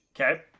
Okay